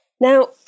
Now